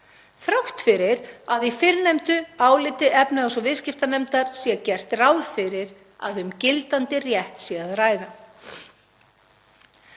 þrátt fyrir að í fyrrnefndu áliti efnahags- og viðskiptanefndar sé gert ráð fyrir að um gildandi rétt sé að ræða.